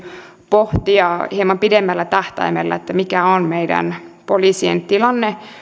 pohtia hieman pidemmällä tähtäimellä mikä on meidän poliisien tilanne